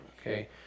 Okay